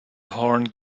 horn